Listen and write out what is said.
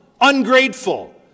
ungrateful